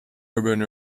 urban